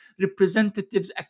representatives